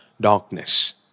darkness